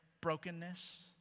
brokenness